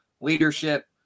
leadership